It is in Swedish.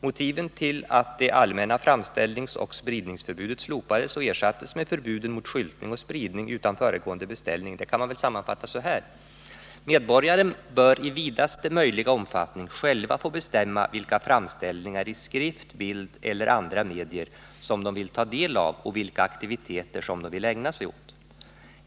Motiven till att det allmänna framställningsoch spridningsförbudet slopades och ersattes med förbuden mot skyltning och spridning utan föregående beställning kan man väl sammanfatta så här: Medborgarna bör i vidaste möjliga omfattning själva få bestämma vilka framställningar i skrift, bild eller andra medier som de vill ta del av och vilka aktiviteter som de vill ägna sig åt.